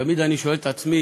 תמיד אני שואל את עצמי: